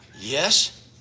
yes